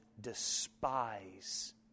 despise